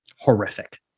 horrific